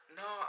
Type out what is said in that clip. no